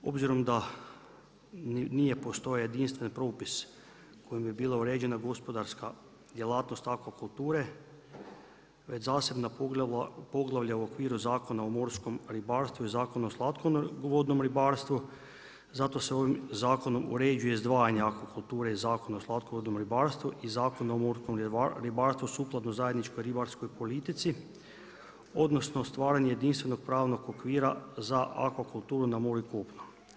Obzirom da nije postojao jedinstven propis kojim bi bila uređena gospodarska djelatnost akvakulture, već zasebna poglavlja u okviru Zakona o morskom ribarstvu i Zakona o slatkovodnom ribarstvu, zato se ovim zakonom uređuje izdvajanje akvakulture i Zakon o slatkovodnom ribarstvu i Zakon o morskom ribarstvu sukladno zajedničkoj ribarskoj politici odnosno stvaranje jedinstvenog pravnog okvira za akvakulturu na moru i kopnu.